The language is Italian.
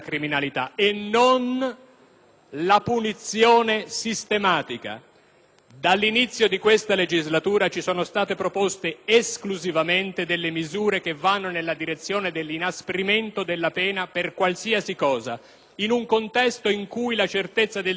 Dall'inizio di questa legislatura ci sono state proposte esclusivamente delle misure che vanno nella direzione dell'inasprimento della pena per qualsiasi cosa, in un contesto in cui la certezza del diritto è denunciata quotidianamente dalla Corte di Strasburgo dei diritti umani.